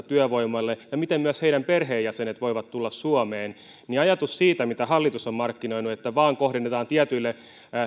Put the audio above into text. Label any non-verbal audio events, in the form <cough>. <unintelligible> työvoimalle ja miten myös heidän perheenjäsenensä voivat tulla suomeen niin ajatus siitä mitä hallitus on markkinoinut että kohdennetaan vain tietyille